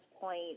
point